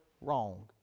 wrong